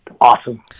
awesome